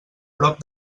prop